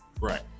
right